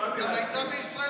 היא הייתה בישראל